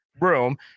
room